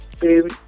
baby